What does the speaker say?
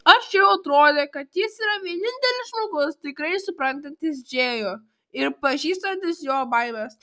arčiui atrodė kad jis yra vienintelis žmogus tikrai suprantantis džėjų ir pažįstantis jo baimes